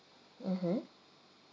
mmhmm